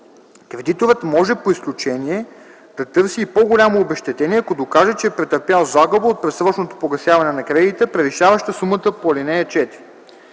Кредиторът може по изключение да търси и по-голямо обезщетение, ако докаже, че е претърпял загуба от предсрочното погасяване на кредита, превишаваща сумата по ал. 4.